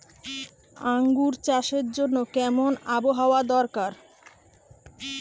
আঙ্গুর চাষের জন্য কেমন আবহাওয়া দরকার?